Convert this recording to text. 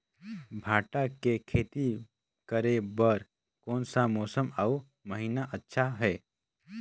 भांटा के खेती करे बार कोन सा मौसम अउ महीना अच्छा हे?